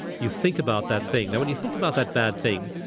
you think about that thing now, when you think about that bad thing,